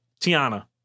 tiana